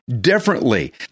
differently